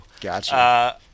Gotcha